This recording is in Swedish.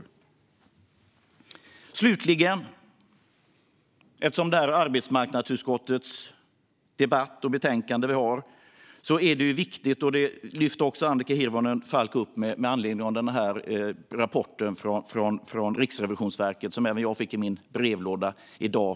Eftersom det här är arbetsmarknadsutskottets debatt och betänkande vill jag ta upp att jämställdhetsintegrering på integrations och arbetsmarknadsområdet är oerhört viktiga frågor att ha fortsatt fokus på, fru talman.